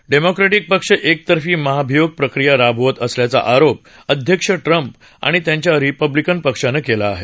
Democratic पक्ष एकतर्फी महाभियोग प्रक्रिया राबवत असल्याचा आरोप अध्यक्ष ट्रम्प आणि त्यांच्या रिपब्लीकन पक्षानं केला आहे